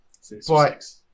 Six